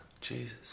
Jesus